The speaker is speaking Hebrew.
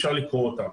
אפשר לקרוא אותם.